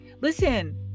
listen